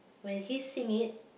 when he sing it